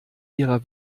ihrer